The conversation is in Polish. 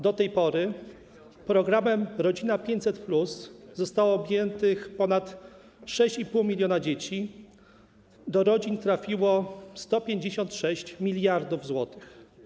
Do tej pory programem „Rodzina 500+” zostało objętych ponad 6,5 mln dzieci, do rodzin trafiło 156 mld zł.